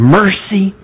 mercy